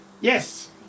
yes